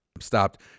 stopped